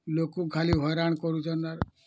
ଲୋକକୁ ଖାଲି ହଇରାଣ କରୁଛନ୍ ଆର୍